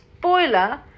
spoiler